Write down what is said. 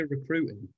recruiting